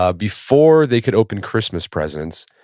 ah before they could open christmas presents,